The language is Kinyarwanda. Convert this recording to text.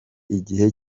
igihe